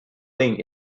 link